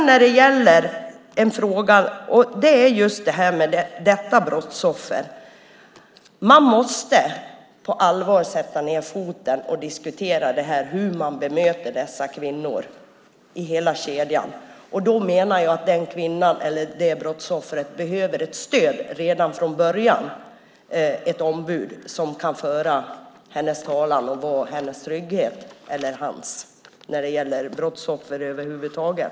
När det gäller just dessa brottsoffer måste man sätta ned foten på allvar och diskutera hur man bemöter dessa kvinnor i hela kedjan. Jag menar att dessa brottsoffer behöver stöd redan från början. De behöver ett ombud som kan föra deras talan och vara deras trygghet.